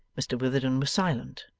mr witherden was silent,